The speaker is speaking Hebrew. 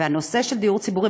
והנושא של דיור ציבורי,